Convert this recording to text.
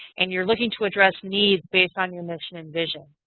and you're looking to address needs based on your mission and vision.